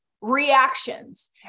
reactions